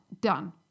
done